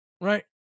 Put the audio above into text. Right